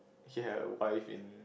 he had a wife in